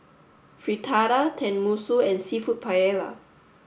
Fritada Tenmusu and Seafood Paella